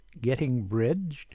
gettingbridged